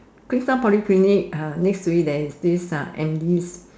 Queenstown Polyclinic uh next to it there's this ah Andes